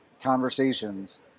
conversations